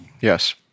Yes